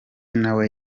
nawe